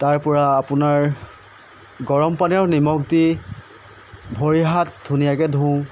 তাৰপৰা আপোনাৰ গৰম পানী আৰু নিমখ দি ভৰি হাত ধুনীয়াকৈ ধুওঁ